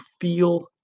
feel